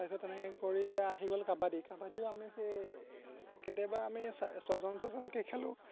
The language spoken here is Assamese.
তাৰপিছত তেনেকৈ কৰি এতিয়া আহি গ'ল কাবাডী কাবাডীও আমি সেই কেতিয়াবা আমি চা ছজন ছজনকৈ খেলোঁ